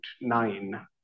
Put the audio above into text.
nine